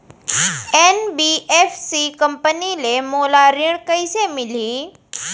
NBFC company ले मोला ऋण कइसे मिलही?